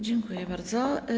Dziękuję bardzo.